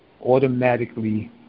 automatically